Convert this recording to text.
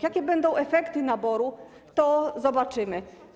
Jakie będą efekty naboru, to zobaczymy.